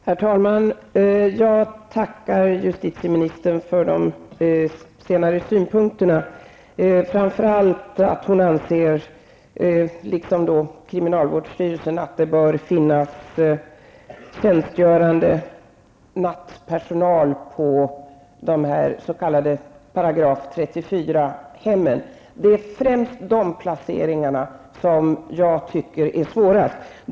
Herr talman! Jag tackar justitieministern för de senare synpunkterna, framför allt att hon anser, liksom kriminalvårdsstyrelsen, att det bör finnas tjänstgörande nattpersonal på de s.k. § 34 hemmen. Det är främst de placeringarna som jag tycker är svårast.